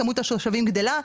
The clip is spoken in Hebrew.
כמות התושבים גדלה,